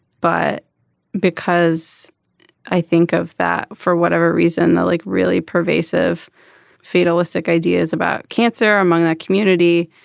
but because i think of that for whatever reason the like really pervasive fatalistic ideas about cancer among that community